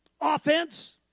offense